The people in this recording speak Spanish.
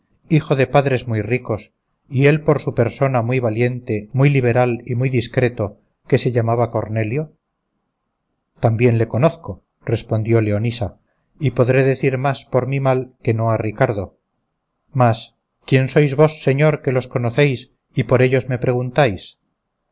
hijo de padres muy ricos y él por su persona muy valiente muy liberal y muy discreto que se llamaba cornelio también le conozco respondió leonisa y podré decir más por mi mal que no a ricardo mas quién sois vos señor que los conocéis y por ellos me preguntáis